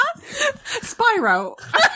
Spyro